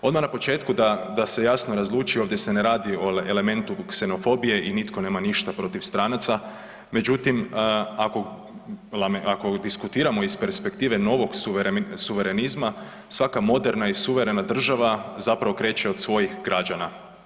Odmah na početku da se javno razluči, ovdje se ne radi o elementu ksenofobije i nitko nema ništa protiv stranaca, međutim, ako diskutiramo iz perspektive novog suverenizma, svaka moderna i suverena država zapravo kreće od svojih građana.